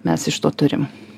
mes iš to turim